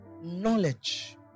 knowledge